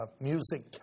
Music